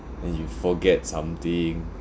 and you forget something